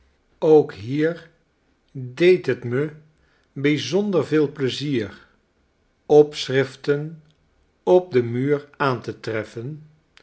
ook hier deed het me byzonder veel pleizier opschriften op den muur aan te treffen